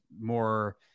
more